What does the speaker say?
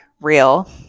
real